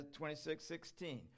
26.16